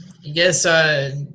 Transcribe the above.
Yes